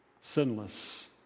sinless